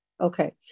Okay